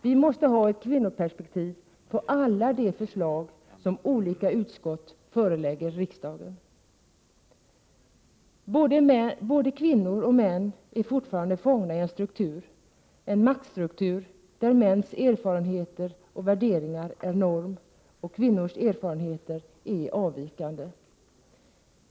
Vi måste ha ett kvinnoperspektiv på alla de förslag som olika utskott förelägger riksdagen. Både kvinnor och män är fortfarande fångna i en struktur, i en maktstruktur, där mäns erfarenheter och värderingar är norm och kvinnors erfarenheter är avvikande.